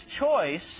choice